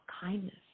kindness